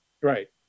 Right